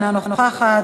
אינה נוכחת,